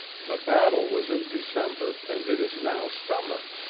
the battle was in december, and it is now summer!